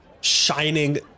shining